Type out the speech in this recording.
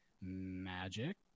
magic